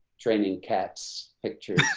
training cats picture